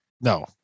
No